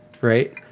Right